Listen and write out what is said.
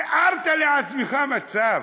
תיארת לעצמך מצב